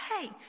hey